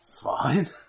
Fine